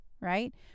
right